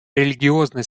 религиозной